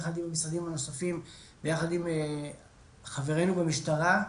יחד עם המשרדים הנוספים יחד עם חברינו במשטרה,